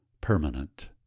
permanent